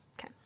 Okay